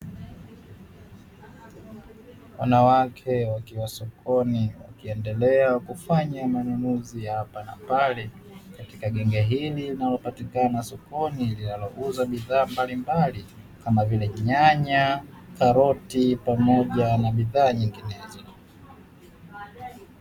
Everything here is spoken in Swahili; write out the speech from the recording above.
Wanawake wakiwa sokoni wakiendelea kufanya manunuzi ya hapa na pale katika genge hili linalopatikana sokoni, linalouza bidhaa mbalimbali kama vile nyanya, karoti pamoja na bidhaa nyinginezo.